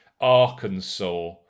Arkansas